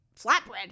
Flatbread